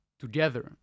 together